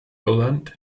irland